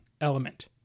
element